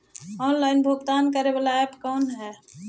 Online भुगतान करे बाला ऐप कौन है?